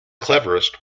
cleverest